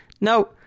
No